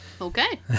Okay